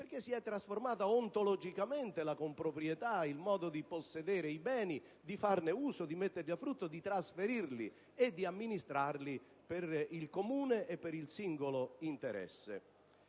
perché si è trasformata ontologicamente la comproprietà, il modo di possedere i beni, di farne uso, di metterli a frutto, di trasferirli e di amministrarli per il comune e per il singolo interesse.